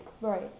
Right